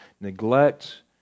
neglect